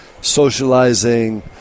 socializing